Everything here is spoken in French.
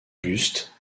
bustes